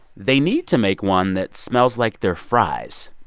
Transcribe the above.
they need to make one that smells like their fries.